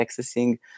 accessing